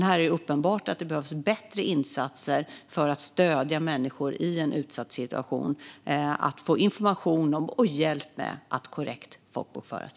Här är det uppenbart att det behövs bättre insatser för att stödja människor i en utsatt situation att få information om och hjälp med att bli korrekt folkbokförd.